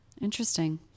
Interesting